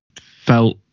felt